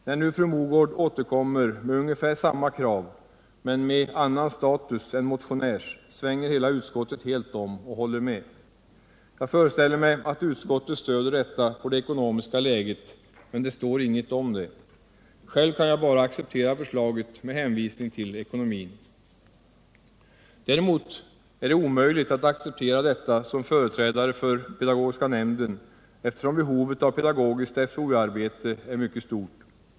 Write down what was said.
När nu fru Mogård återkommer med ungefär samma krav men med en annan status än motionärs, svänger utskottet helt om och håller med. Jag föreställer mig att utskottet stöder detta på det ekonomiska läget, men det står inget om detta. Själv kan jag bara acceptera förslaget med hänvisning till ekonomin. Däremot är det omöjligt att acceptera detta som företrädare för pedagogiska nämnden, eftersom behovet av pedagogiskt FoU-arbete är mycket stort.